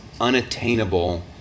unattainable